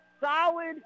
solid